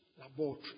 laboratory